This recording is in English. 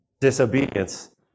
disobedience